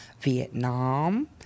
Vietnam